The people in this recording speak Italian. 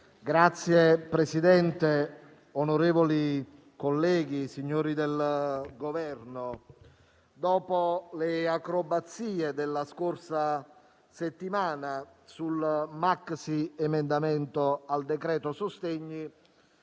Signor Presidente, onorevoli colleghi, rappresentanti del Governo, dopo le acrobazie della scorsa settimana sul maxiemendamento al decreto-legge sostegni,